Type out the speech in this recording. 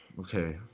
Okay